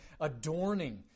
adorning